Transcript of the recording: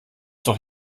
doch